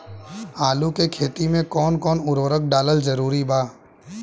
आलू के खेती मे कौन कौन उर्वरक डालल जरूरी बा?